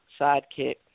sidekick